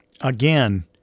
again